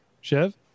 Chev